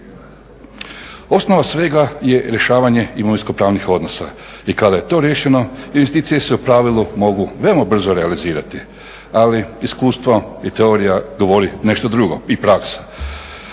Osnova svega je rješavanje imovinsko-pravnih odnosa. I kada je to riješeno investicije se u pravilu mogu veoma brzo realizirati, ali iskustvo i teorija govori nešto drugo i praksa.